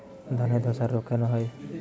ধানে ধসা রোগ কেন হয়?